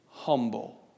humble